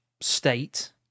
state